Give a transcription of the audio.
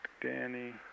Danny